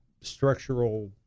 structural